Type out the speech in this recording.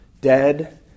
dead